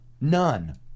None